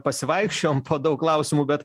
pasivaikščiojom po daug klausimų bet